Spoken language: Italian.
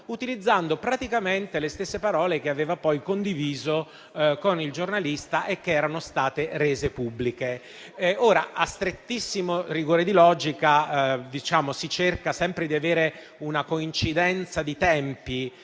utilizzando praticamente le stesse parole che aveva poi condiviso con il giornalista e che erano state rese pubbliche. Ora, a strettissimo rigore di logica, si cerca sempre di avere una coincidenza di tempi